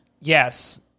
Yes